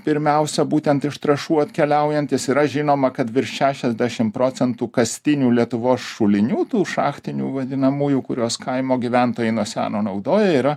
pirmiausia būtent iš trąšų atkeliaujantys yra žinoma kad virš šešiasdešim procentų kastinių lietuvos šulinių tų šachtinių vadinamųjų kuriuos kaimo gyventojai nuo seno naudoja yra